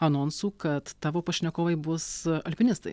anonsų kad tavo pašnekovai bus alpinistai